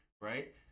right